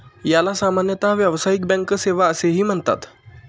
याला सामान्यतः व्यावसायिक बँक सेवा असेही म्हणतात